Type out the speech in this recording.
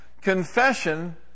confession